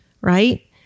right